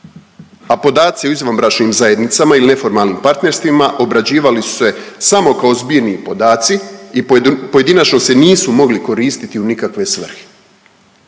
a podaci o izvanbračnim zajednicama ili neformalnim partnerstvima obrađivali su se samo kao zbirni podaci i pojedinačno se nisu mogli koristiti u nikakve svrhe.